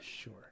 Sure